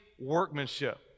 workmanship